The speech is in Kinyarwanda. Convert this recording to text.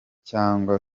cyangwa